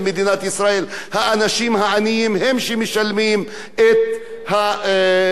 האנשים העניים הם שמשלמים את הגירעון הזה.